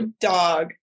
Dog